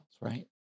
right